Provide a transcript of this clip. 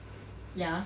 ya